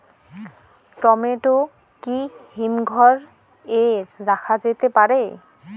Tomato কি হিমঘর এ রাখা যেতে পারে?